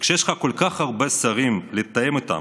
וכשיש לך כל כך הרבה שרים לתאם איתם,